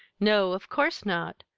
no, of course not,